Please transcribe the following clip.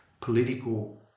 political